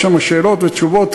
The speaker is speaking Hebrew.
יש שם שאלות ותשובות.